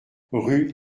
rue